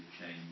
change